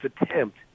attempt